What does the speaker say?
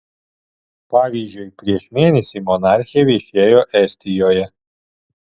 pavyzdžiui prieš mėnesį monarchė viešėjo estijoje